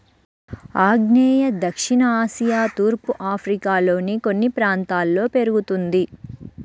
ఆగ్నేయ దక్షిణ ఆసియా తూర్పు ఆఫ్రికాలోని కొన్ని ప్రాంతాల్లో పెరుగుతుంది